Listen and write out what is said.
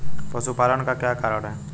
पशुपालन का क्या कारण है?